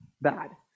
bad